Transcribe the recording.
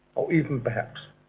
or even perhaps,